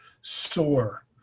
soar